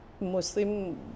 Muslim